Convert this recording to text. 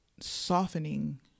softening